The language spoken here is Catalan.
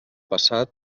passat